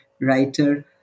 writer